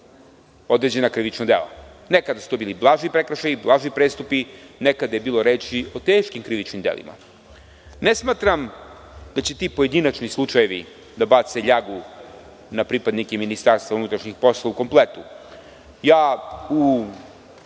određena krivična dela. Nekad su to bili blaži prekršaji, blaži prestupi, nekada je bilo reči o teškim krivičnim delima. Ne smatram da će ti pojedinačni slučajevi da bace ljagu na pripadnike MUP-a u kompletu. Ja u